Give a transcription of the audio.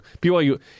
BYU